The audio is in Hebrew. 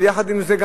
אבל עם זאת,